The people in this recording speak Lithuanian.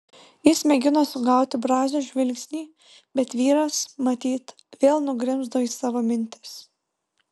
jis mėgino sugauti brazio žvilgsnį bet vyras matyt vėl nugrimzdo į savo mintis